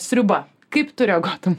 sriuba kaip tu reaguotum